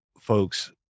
folks